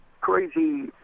crazy